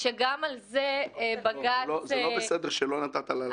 זה לא בסדר שלא נתת לה לענות.